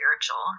spiritual